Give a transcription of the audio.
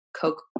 Coke